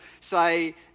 say